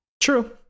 True